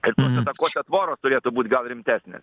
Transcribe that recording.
ir tuose takuose tvoros turėtų būt gal rimtesnės